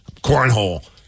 cornhole